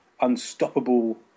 unstoppable